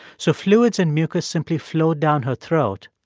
so fluids and mucus simply flowed down her throat,